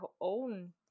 own